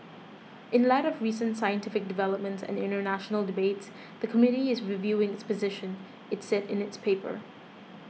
in light of recent scientific developments and international debates the committee is reviewing its position it said in its paper